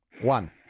One